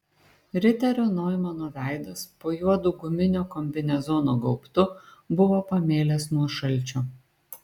riterio noimano veidas po juodu guminio kombinezono gaubtu buvo pamėlęs nuo šalčio